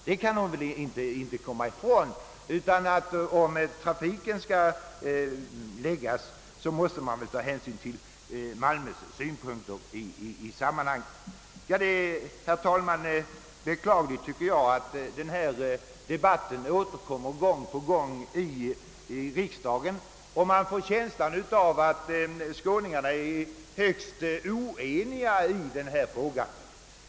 När man skall avgöra vart trafiken skall förläggas måste man alltså ta hänsyn till Malmös synpunkter. Det är beklagligt, herr talman, att denna debatt återkommer i riksdagen gång på gång. Det ger en känsla av att skåningarna är högst oeniga i denna fråga.